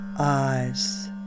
Eyes